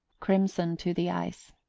crimson to the eyes.